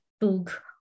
book